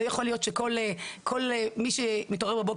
לא יכול להיות שכל מי שמתעורר בבוקר